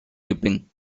ripping